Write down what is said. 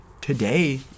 Today